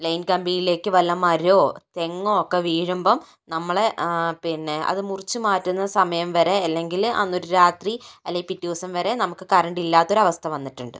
line കമ്പിയിലേക്ക് വല്ല മരമോ തെങ്ങോ ഒക്കെ വീഴുമ്പോൾ നമ്മൾ പിന്നെ അത് മുറിച്ചു മാറ്റുന്ന സമയം വരെ അല്ലെങ്കിൽ അന്നൊരു രാത്രി അല്ലെങ്കിൽ പിറ്റേ ദിവസം വരെ നമുക്ക് കറണ്ട് ഇല്ലാത്തൊരവസ്ഥ വന്നിട്ടുണ്ട്